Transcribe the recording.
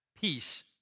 peace